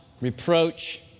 reproach